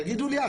תגידי לי את,